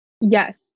Yes